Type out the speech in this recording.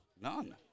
none